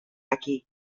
aquí